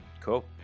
Cool